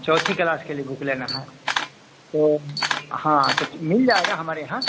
चौथी कलास के लिए बुक लेना है तो हाँ तो च मिल जाएगा हमारे यहाँ